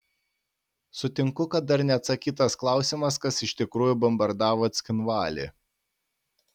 sutinku kad dar neatsakytas klausimas kas iš tikrųjų bombardavo cchinvalį